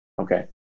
Okay